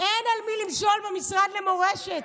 אין על מי למשול במשרד למורשת,